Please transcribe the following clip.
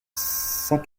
cent